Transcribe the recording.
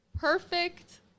perfect